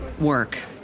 work